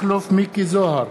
מכלוף מיקי זוהר,